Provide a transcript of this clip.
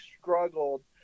struggled